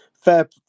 Fair